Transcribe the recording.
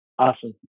Awesome